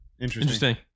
Interesting